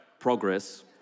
progress